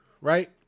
right